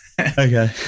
Okay